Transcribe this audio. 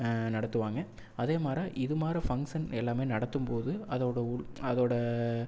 நடத்துவாங்க அதே மாரி இது மாரி ஃபங்க்ஷன் எல்லாமே நடத்தும்போது அதோட உள் அதோடய